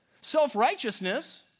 Self-righteousness